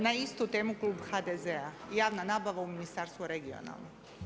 Na istu temu Klub HDZ-a javna nabava u Ministarstvu regionalnog.